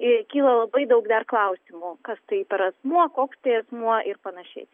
ir kyla labai daug dar klausimų kas tai per asmuo koks tai asmuo ir panašiai